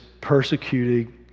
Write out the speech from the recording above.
persecuted